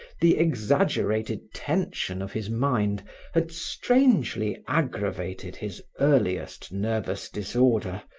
the exaggerated tension of his mind had strangely aggravated his earliest nervous disorder,